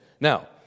Now